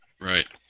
Right